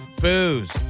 Booze